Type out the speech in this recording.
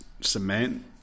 cement